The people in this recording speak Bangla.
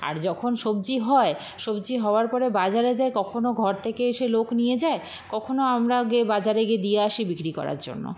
আর যখন সবজি হয় সবজি হওয়ার পরে বাজারে যায় কখনো ঘর থেকে এসে লোক নিয়ে যায় কখনো আমরা গিয়ে বাজারে গিয়ে দিয়ে আসি বিক্রি করার জন্য